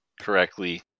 correctly